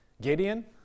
Gideon